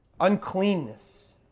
Uncleanness